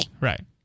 Right